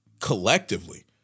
collectively